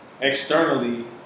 externally